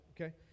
okay